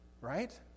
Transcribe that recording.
right